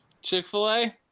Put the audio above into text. Chick-fil-a